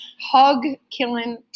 Hog-killing